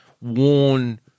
worn